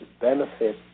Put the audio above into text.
benefit